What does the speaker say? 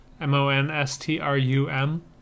m-o-n-s-t-r-u-m